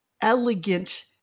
elegant